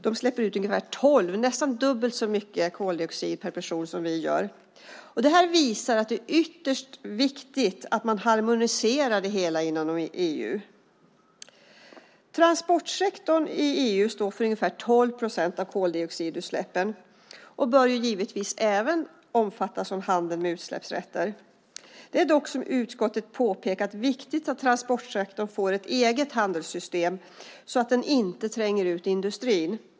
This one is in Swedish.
De släpper ut ungefär tolv ton, alltså nästan dubbelt så mycket koldioxid per person som vi. Detta visar att det är ytterst viktigt att man harmoniserar det hela inom EU. Transportsektorn i EU står för ungefär tolv procent av koldioxidutsläppen och bör givetvis omfattas av handeln med utsläppsrätter. Det är dock, som utskottet påpekat, viktigt att transportsektorn får ett eget handelssystem, så att den inte tränger ut industrin.